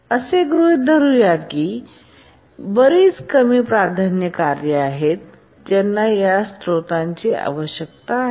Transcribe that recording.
चला असे गृहित धरू की बरीच कमी प्राधान्य कार्ये आहेत ज्यांना या स्रोतांची आवश्यकता आहे